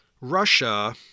Russia